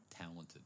Talented